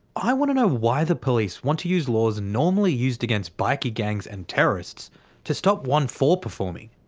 i want to know why the police want to use laws normally used against bikie gangs and terrorists to stop onefour performing.